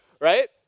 right